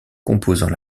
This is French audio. composant